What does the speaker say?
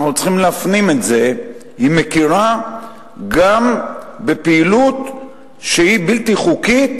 אנחנו צריכים להפנים את זה: היא מכירה גם בפעילות שהיא בלתי חוקית